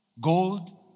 Gold